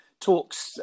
talks